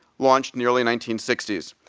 launched in the early nineteen sixty s.